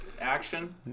action